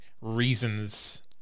reasons